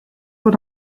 what